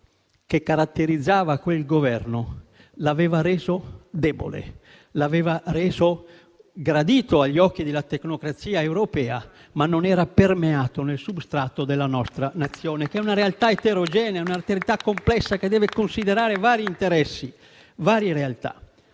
che caratterizzava quel Governo, l'aveva reso debole; l'aveva reso gradito agli occhi della tecnocrazia europea, ma non era permeato nel substrato della nostra Nazione, che è una realtà eterogenea e complessa che deve considerare vari interessi e varie realtà.